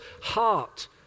heart